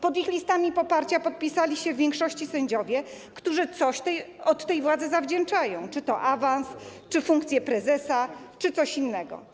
Pod ich listami poparcia podpisali się w większości sędziowie, którzy coś tej władzy zawdzięczają, czy to awans, czy funkcję prezesa, czy coś innego.